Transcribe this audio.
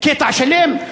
קטע שלם?